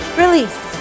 release